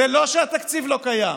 זה לא שהתקציב לא קיים,